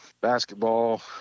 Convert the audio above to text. basketball